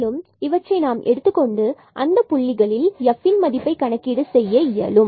மேலும் எனவே இவற்றை நாம் எடுத்துக் கொண்டு அந்தப் புள்ளிகளில் மேலும் f என்பதின் மதிப்பை கணக்கீடு செய்ய இயலும்